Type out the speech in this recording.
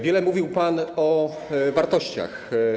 Wiele mówił pan o wartościach.